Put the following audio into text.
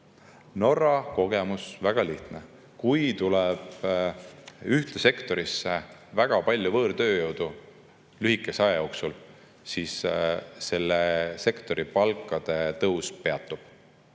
Norra kogemus on väga lihtne: kui ühte sektorisse tuleb väga palju võõrtööjõudu lühikese aja jooksul, siis selle sektori palkade tõus peatub.